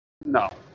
No